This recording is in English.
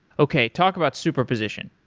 okay. talk about superposition.